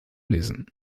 lesen